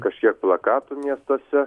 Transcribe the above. kažkiek plakatų miestuose